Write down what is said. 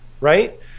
right